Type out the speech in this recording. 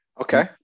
okay